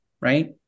right